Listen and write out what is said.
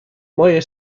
moje